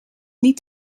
niet